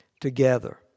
together